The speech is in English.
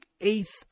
eighth